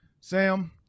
Sam